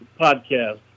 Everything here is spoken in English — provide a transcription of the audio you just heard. podcast